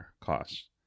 costs